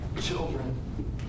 children